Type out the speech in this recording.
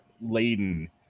laden